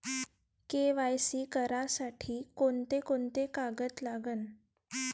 KYC करासाठी कोंते कोंते कागद लागन?